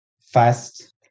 fast